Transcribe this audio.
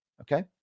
okay